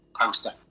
poster